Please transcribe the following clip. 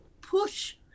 push